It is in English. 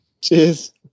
Cheers